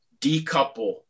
decouple